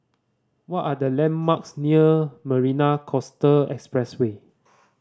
what are the landmarks near Marina Coastal Expressway